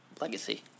legacy